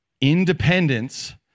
independence